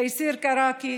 תייסיר כראכי,